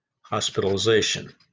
hospitalization